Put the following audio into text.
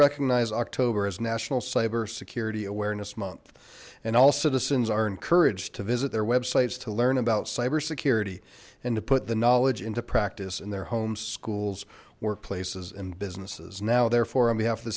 recognize october as national cyber security awareness month and all citizens are encouraged to visit their websites to learn about cyber security and to put the knowledge into practice in their homes schools workplaces and businesses now therefore on behalf